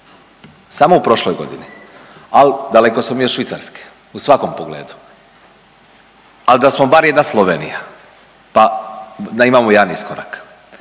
samo u prošloj godini. Al daleko smo mi od Švicarske u svakom pogledu. Ali da smo bar jedna Slovenija pa da imamo jedan iskorak.